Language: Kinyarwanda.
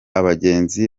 abagenzi